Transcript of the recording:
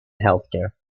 healthcare